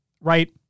Right